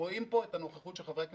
רואים פה את הנוכחות של חברי הכנסת,